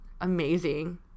amazing